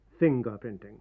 fingerprinting